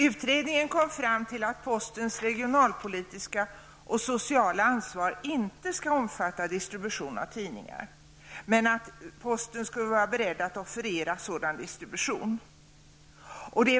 Utredningen kom fram till att postens regionalpolitiska och sociala ansvar inte skall omfatta distribution av tidningar, men att posten skall vara beredd att offerera sådan distribution.